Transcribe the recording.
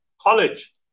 college